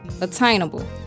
attainable